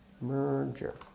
merger